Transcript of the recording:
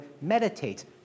meditate